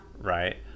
right